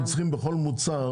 הם --- שבכל מוצר